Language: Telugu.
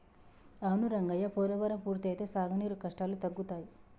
అవును రంగయ్య పోలవరం పూర్తి అయితే సాగునీరు కష్టాలు తగ్గుతాయి